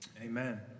Amen